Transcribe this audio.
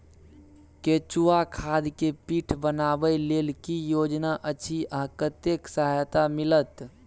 केचुआ खाद के पीट बनाबै लेल की योजना अछि आ कतेक सहायता मिलत?